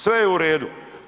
Sve je u redu.